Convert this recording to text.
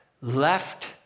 Left